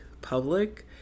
public